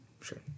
Sure